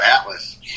atlas